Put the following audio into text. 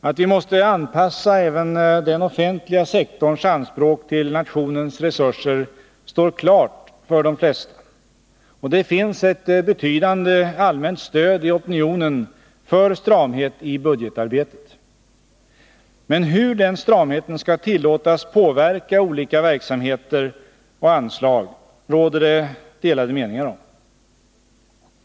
Att vi måste anpassa även den offentliga sektorns anspråk till nationens resurser står klart för de flesta, och det finns ett betydande allmänt stöd i opinionen för stramhet i budgetarbetet. Men hur den stramheten skall tillåtas påverka olika verksamheter och anslag råder det delade meningar om.